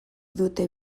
dute